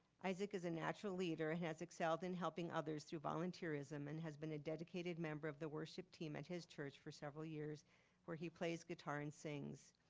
isaac is a natural leader. he has excelled in helping others through volunteerism and has been a dedicated member of the worship team at his church for several years where he plays guitar and sings.